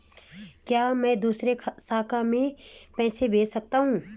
क्या मैं दूसरी शाखा में पैसे भेज सकता हूँ?